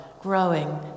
growing